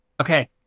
Okay